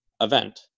event